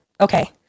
Okay